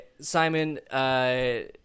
Simon